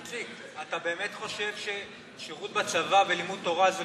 איציק, אתה באמת חושב ששירות בצבא ולימוד תורה זה